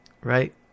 right